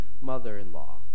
mother-in-law